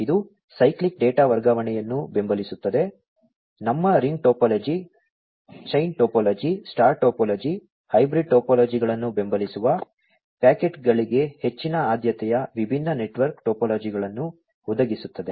ಇದು cyclic data ವರ್ಗಾವಣೆಯನ್ನು ಬೆಂಬಲಿಸುತ್ತದೆ ನಮ್ಮ ring topology chain topology star topology hybrid ಟೋಪೋಲಜಿಗಳನ್ನು ಬೆಂಬಲಿಸುವ ಪ್ಯಾಕೆಟ್ಗಳಿಗೆ ಹೆಚ್ಚಿನ ಆದ್ಯತೆಯ ವಿಭಿನ್ನ ನೆಟ್ವರ್ಕ್ ಟೋಪೋಲಜಿಗಳನ್ನು ಒದಗಿಸುತ್ತದೆ